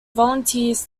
volunteers